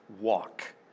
walk